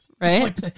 Right